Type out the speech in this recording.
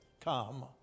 come